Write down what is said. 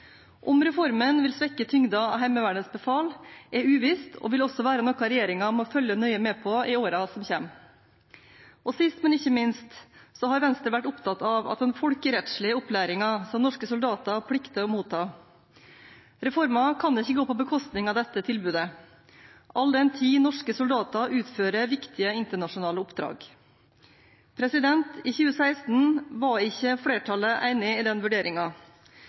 Om reformen vil svekke tyngden av Heimevernets befal, er uvisst, og vil også være noe regjeringen må følge nøye med på i årene som kommer. Sist, men ikke minst har Venstre vært opptatt av den folkerettslige opplæringen som norske soldater plikter å motta. Reformen kan ikke gå på bekostning av dette tilbudet, all den tid norske soldater utfører viktige internasjonale oppdrag. I 2016 var ikke flertallet enig i den